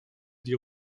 die